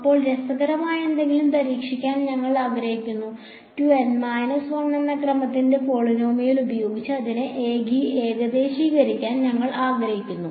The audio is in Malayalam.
ഇപ്പോൾ രസകരമായ എന്തെങ്കിലും പരീക്ഷിക്കാൻ ഞങ്ങൾ ആഗ്രഹിക്കുന്നു 2 N 1 എന്ന ക്രമത്തിന്റെ പോളിനോമിയൽ ഉപയോഗിച്ച് അതിനെ ഏകദേശമാക്കാൻ ഞങ്ങൾ ആഗ്രഹിക്കുന്നു